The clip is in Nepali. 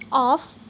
अफ